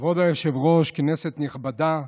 כבוד היושב-ראש, כנסת נכבדה,